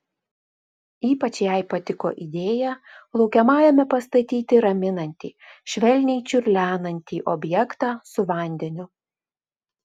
ypač jai patiko idėja laukiamajame pastatyti raminantį švelniai čiurlenantį objektą su vandeniu